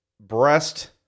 breast